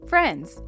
Friends